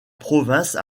province